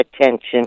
attention